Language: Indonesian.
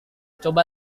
coba